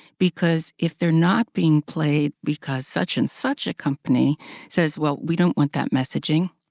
because if they're not being played because such and such a company says, well, we don't want that messaging,